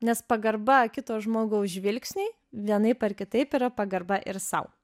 nes pagarba kito žmogaus žvilgsniui vienaip ar kitaip yra pagarba ir sau